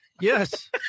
Yes